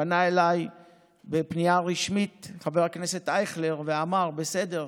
פנה אלי בפנייה רשמית חבר הכנסת אייכלר ואמר: בסדר,